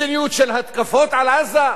מדיניות של התקפות על עזה,